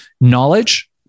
knowledge